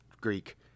Greek